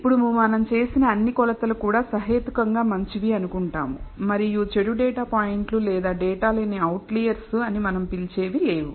ఇప్పుడు మనం చేసిన అన్ని కొలతలు కూడా సహేతుకంగా మంచివి అనుకుంటాము మరియు చెడు డేటా పాయింట్లు లేదా డేటాలోని అవుట్లెర్స్ అని మనం పిలిచేవి లేవు